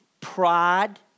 pride